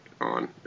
on